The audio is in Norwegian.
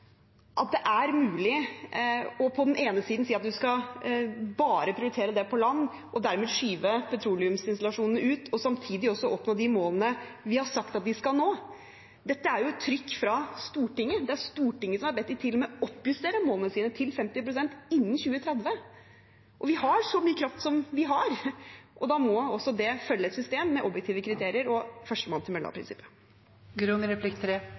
er mulig på den ene siden å si at man skal prioritere bare det på land og dermed skyve petroleumsinstallasjonene ut, og samtidig nå de målene vi har sagt at vi skal nå. Dette er jo et trykk fra Stortinget. Det er Stortinget som har bedt dem om til og med å oppjustere målene sine til 50 pst. innen 2030. Vi har så mye kraft som vi har. Da må også det følge et system med objektive kriterier og førstemann til